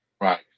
Right